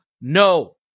no